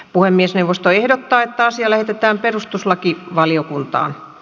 puhemiesneuvosto ehdottaa että asia lähetetään perustuslakivaliokuntaan